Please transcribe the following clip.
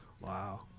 Wow